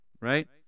right